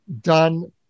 done